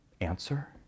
Answer